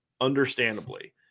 understandably